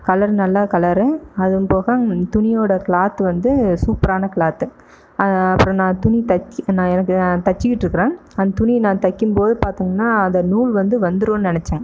colour நல்ல colour அதுவும் போக துணியோடய கிளாத் வந்து சூப்பரான கிளாத் அப்புறம் நான் துணி தச்சு நான் எனக்கு நான் தச்சுட்டு இருக்குகிறேன் அந்த துணியை நான் தக்கும் போது பார்த்தோம்னா அந்த நூல் வந்து வந்துருன்னு நினச்சேன்